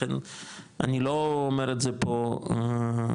לכן אני לא אומר את זה פה כהתרסה,